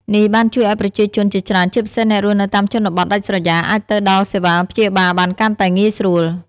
នេះបានជួយឱ្យប្រជាជនជាច្រើន ជាពិសេសអ្នករស់នៅតាមជនបទដាច់ស្រយាល អាចទៅដល់សេវាព្យាបាលបានកាន់តែងាយស្រួល។